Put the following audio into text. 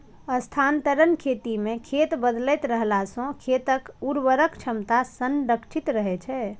स्थानांतरण खेती मे खेत बदलैत रहला सं खेतक उर्वरक क्षमता संरक्षित रहै छै